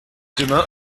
demain